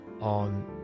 on